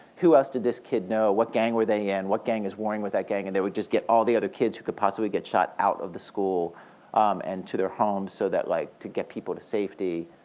who else did this kid know? what gang were they and what gang is warring with that gang? and they would just get all the other kids who could possibly get shot out of the school and to their homes so like to get people to safety.